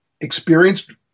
experienced